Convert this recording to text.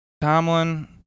Tomlin